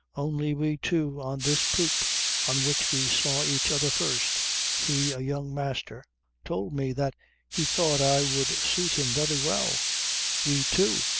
only we two on this poop on which we saw each other first he a young master told me that he thought i would suit him very well we two,